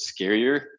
scarier